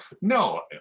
no